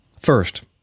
First